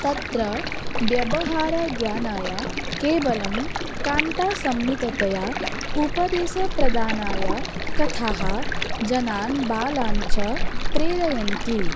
तत्र व्यवहारज्ञानाय केवलं कान्तासम्मिततया उपदेशप्रदानाय कथाः जनान् बालान् च प्रेरयन्ति